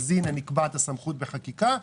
אז הנה נקבע את הסמכות בחקיקה,